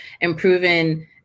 improving